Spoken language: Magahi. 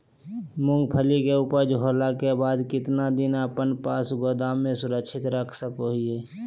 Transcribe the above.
मूंगफली के ऊपज होला के बाद कितना दिन अपना पास गोदाम में सुरक्षित रख सको हीयय?